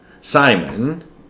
Simon